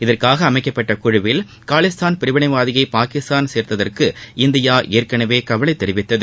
இதற்காக அமைக்கப்பட்ட குழுவில் காலிஸ்தான் பிரிவினைவாதியை பாகிஸ்தான் சேர்த்ததற்கு இந்தியா ஏற்கனவே கவலை தெரிவித்தது